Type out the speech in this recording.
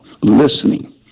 listening